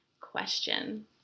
question